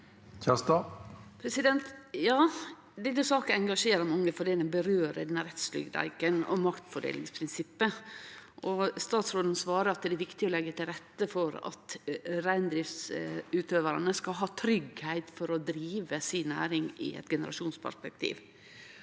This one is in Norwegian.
Kjerstad (SV) Denne saka engasjerer mange fordi ho rører ved rettstryggleiken og maktfordelingsprinsippet. Statsråden svara at det er viktig å leggje til rette for at reindriftsutøvarane skal ha tryggleik for å drive si næring i eit generasjonsperspektiv.